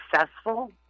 successful